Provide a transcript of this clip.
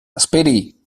esperi